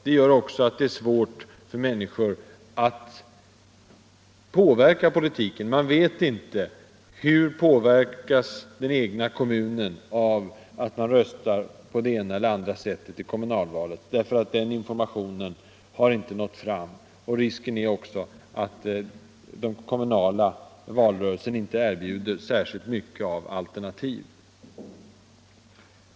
Det gör också att det är svårt för människor att påverka politiken. Man vet inte hur den egna kommunen påverkas av att man röstar på det ena eller det andra sättet i kommunalvalet, eftersom den informationen inte nått fram. Risken är också att den kommunala valrörelsen inte erbjuder särskilt mycket av alternativ.